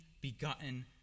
begotten